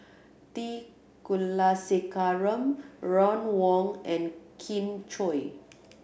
T Kulasekaram Ron Wong and Kin Chui